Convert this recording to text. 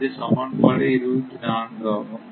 இது சமன்பாடு 24 ஆகும்